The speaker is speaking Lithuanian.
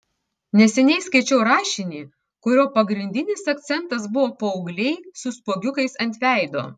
neseniai skaičiau rašinį kurio pagrindinis akcentas buvo paaugliai su spuogiukais ant veido